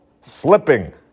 slipping